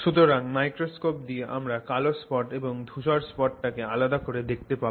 সুতরাং মাইক্রোস্কোপ দিয়ে আমরা কালো স্পট এবং ধুসর স্পটটাকে আলাদা করে দেখতে পাবো